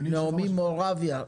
נעמי מורביה,